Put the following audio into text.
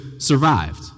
Survived